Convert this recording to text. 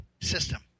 system